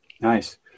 nice